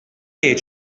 jgħid